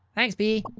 thanks bea.